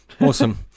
Awesome